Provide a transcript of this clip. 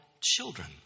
children